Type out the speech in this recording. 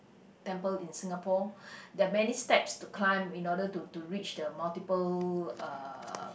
temple in Singapore there are many steps to climb in order to to reach the multiple uh